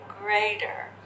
greater